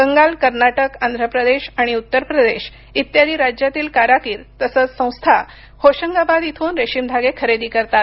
बंगाल कर्नाटक आंध्र प्रदेश आणि उत्तर प्रदेश इत्यादी राज्यातील कारागीर तसंच संस्था होशंगाबाद इथून रेशीम धागे खरेदी करतात